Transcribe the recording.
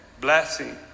blessing